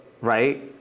right